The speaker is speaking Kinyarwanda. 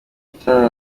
cristiano